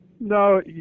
no